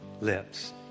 lips